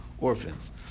orphans